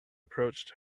approached